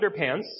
underpants